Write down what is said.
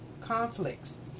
conflicts